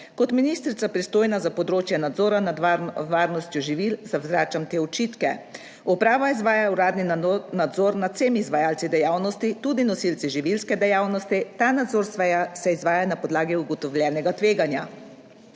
Kot ministrica pristojna za področje nadzora nad varnostjo živil zavračam te očitke. Uprava izvaja uradni nadzor nad vsemi izvajalci dejavnosti, tudi nosilci živilske dejavnosti. Ta nadzor se izvaja na podlagi ugotovljenega tveganja.